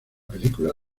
película